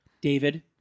David